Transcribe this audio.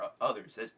others